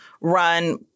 run